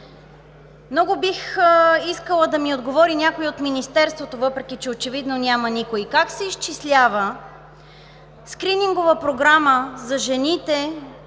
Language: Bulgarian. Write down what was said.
много бих искала да ми отговори някой от Министерството, въпреки че очевидно няма никой: как се изчислява скринингова програма за жените